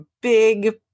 big